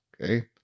okay